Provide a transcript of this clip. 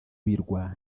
birwa